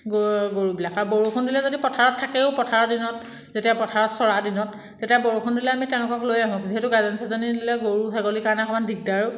গৰুবিলাক আৰু বৰষুণ দিলে যদি পথাৰত থাকেও পথাৰৰ দিনত যেতিয়া পথাৰত চৰা দিনত তেতিয়া বৰষুণ দিলে আমি তেওঁলোকক লৈ আহোঁ যিহেতু গাজনি চাজনি দিলে গৰু ছাগলীৰ কাৰণে অকণমান দিগদাৰো